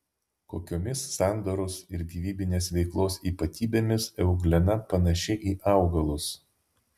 kokiomis sandaros ir gyvybinės veiklos ypatybėmis euglena panaši į augalus